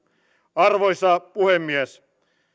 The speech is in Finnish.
arvoisa puhemies